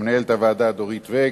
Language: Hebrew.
למנהלת הוועדה דורית ואג.